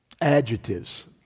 adjectives